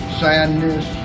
sadness